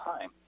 time